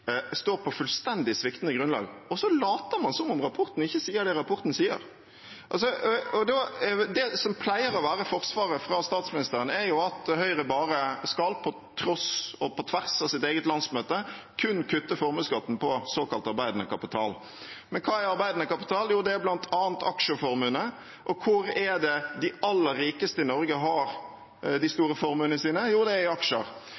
står på fullstendig sviktende grunnlag, og så later man som om rapporten ikke sier det den sier. Det som pleier å være forsvaret fra statsministeren, er at Høyre, på tross av og på tvers av sitt eget landsmøte, kun skal kutte formuesskatten på såkalt arbeidende kapital. Men hva er arbeidende kapital? Jo, det er bl.a. aksjeformuene. Og hvor er det de aller rikeste i Norge har de store formuene sine? Jo, det er i aksjer.